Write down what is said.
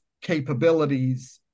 capabilities